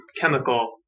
chemical